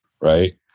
Right